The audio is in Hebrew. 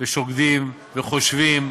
ושוקדים וחושבים